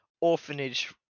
orphanage